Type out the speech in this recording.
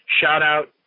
shout-out